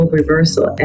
reversal